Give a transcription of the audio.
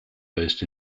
based